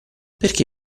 perché